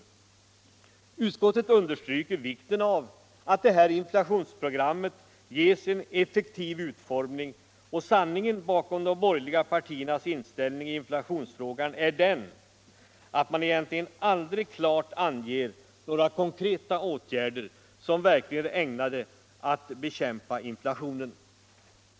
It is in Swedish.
Finansutskottets majoritet understryker vikten av att detta antiinflationsprogram ges en effektiv utformning, och sanningen bakom de borgerliga partiernas inställning i inflationsfrågan är den, att de aldrig klart anger några konkreta åtgärder som verkligen är ägnade att bekämpa inflationen.